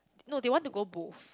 no they want to go both